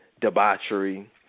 debauchery